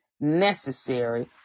necessary